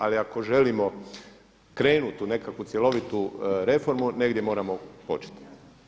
Ali ako želimo krenuti u nekakvu cjelovitu reformu negdje moramo početi.